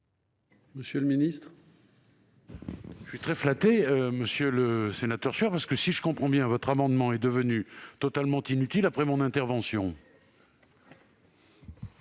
garde des sceaux. Je suis très flatté, monsieur le sénateur Sueur : si je vous comprends bien, votre amendement est devenu totalement inutile après mon intervention.